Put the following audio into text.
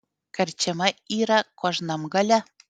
karčiama yra kožnam gale